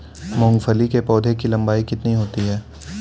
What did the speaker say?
मूंगफली के पौधे की लंबाई कितनी होती है?